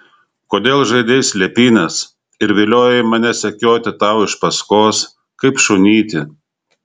kodėl žaidei slėpynes ir viliojai mane sekioti tau iš paskos kaip šunytį